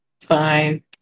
fine